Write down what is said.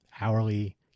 hourly